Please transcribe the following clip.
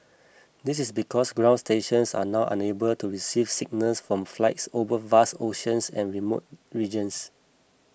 this is because ground stations are now unable to receive signals from flights over vast oceans and remote regions